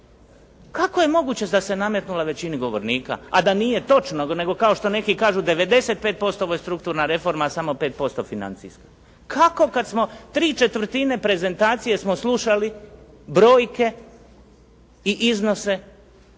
kako je moguće da se nametnula većini govornika, a da nije točno nego kao što neki kažu 95% ovo je strukturna reforma, a samo 5% financijska. Kako kad smo ¾ prezentacije slušali brojke i iznose,